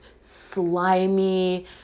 slimy